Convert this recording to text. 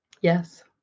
yes